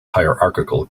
hierarchical